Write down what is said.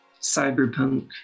cyberpunk